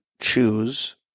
choose